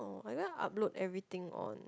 I going upload everything on